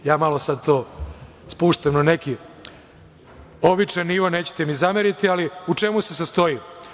Ja sada malo to spuštam na neki običan nivo, nećete mi zameriti, ali u čemu se sastoji?